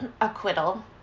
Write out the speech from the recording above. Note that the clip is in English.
acquittal